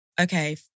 Okay